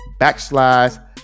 backslides